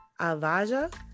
Avaja